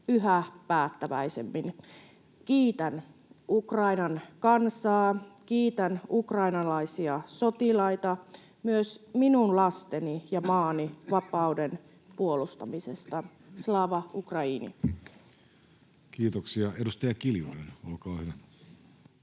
yhä päättäväisemmin. Kiitän Ukrainan kansaa, kiitän ukrainalaisia sotilaita myös minun lasteni ja maani vapauden puolustamisesta. — Slava Ukraini! Kiitoksia. — Edustaja Kiljunen, olkaa hyvä.